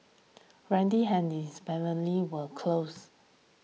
randy and his family were close